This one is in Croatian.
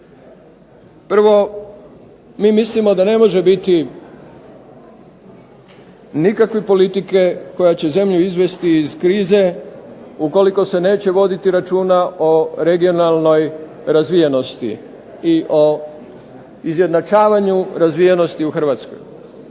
Prvo, mi mislimo da ne može biti nikakve politike koja će zemlju izvesti iz krize ukoliko se neće voditi računa o regionalnoj razvijenosti i o izjednačavanju razvijenosti u Hrvatskoj.